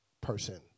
person